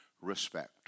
respect